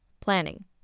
Planning